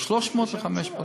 גדל מ-300 ל-500.